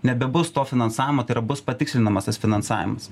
nebebus to finansavimo tai yra bus patikslinamas tas finansavimas